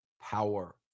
power